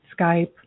Skype